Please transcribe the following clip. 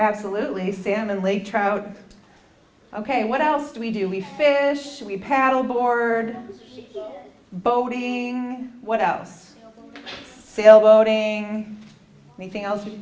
absolutely a salmon lay trout ok what else do we do we fish paddle board boating what else sail boat ing anything else